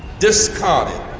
discarded